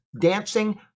dancing